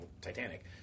Titanic